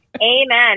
Amen